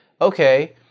okay